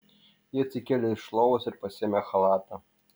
ji atsikėlė iš lovos ir pasiėmė chalatą